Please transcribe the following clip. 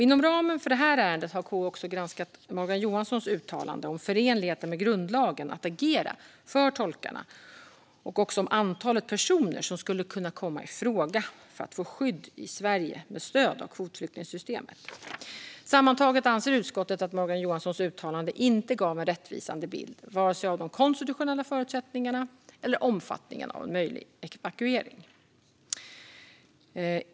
Inom ramen för det här ärendet har KU också granskat Morgan Johanssons uttalande om förenligheten med grundlagen att agera för tolkarna och om antalet personer som skulle kunna komma i fråga för att få skydd i Sverige med stöd av kvotflyktingsystemet. Sammantaget anser utskottet att Morgan Johanssons uttalande inte gav en rättvisande bild vare sig av de konstitutionella förutsättningarna eller av omfattningen av en möjlig evakuering.